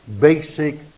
basic